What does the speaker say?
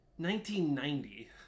1990